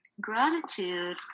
gratitude